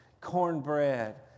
cornbread